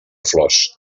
flors